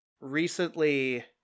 Recently